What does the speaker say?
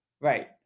right